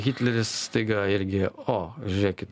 hitleris staiga irgi o žiūrėkit